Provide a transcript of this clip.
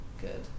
Good